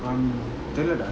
um தெரியல:theriala